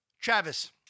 Travis